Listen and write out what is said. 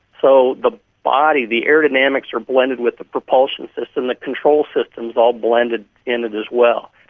so the body, the aerodynamics are blended with the propulsion system, the control system is all blended in it as well.